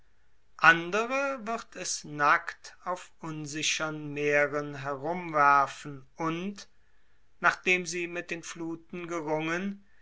andere wird es nackt auf unsichern meeren herumwerfen und nachdem nachdem sie mit den fluthen gerungen